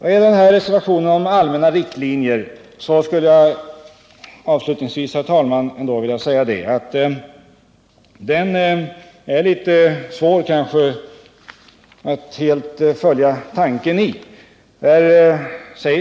När det gäller reservationen om allmänna riktlinjer skulle jag avslutningsvis, herr talman, ändå vilja säga att det kanske är litet svårt att följa tankegången i den.